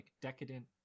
Decadent